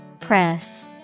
Press